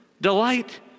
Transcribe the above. delight